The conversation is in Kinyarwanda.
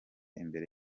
imbere